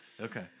Okay